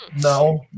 No